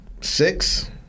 six